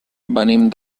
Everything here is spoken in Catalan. venim